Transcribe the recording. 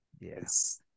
yes